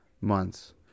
months